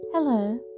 Hello